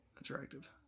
attractive